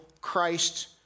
Christ